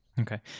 Okay